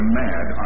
mad